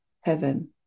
heaven